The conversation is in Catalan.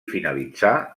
finalitzar